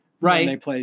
Right